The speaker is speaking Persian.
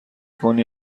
کنی